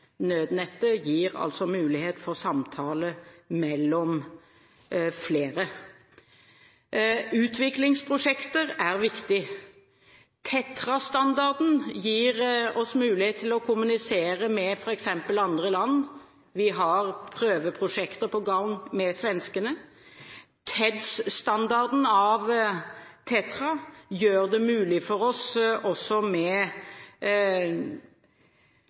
Nødnettet gir altså mulighet for samtale mellom flere. Utviklingsprosjekter er viktig. Tetra-standarden gir oss f.eks. mulighet til å kommunisere med andre land, og vi har prøveprosjekter på gang med svenskene. TEDS-standarden av Tetra gjør det også mulig for oss med